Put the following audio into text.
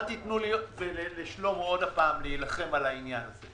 אל תיתנו לי ולשלמה קרעי עוד פעם להילחם על העניין הזה.